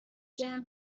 جمع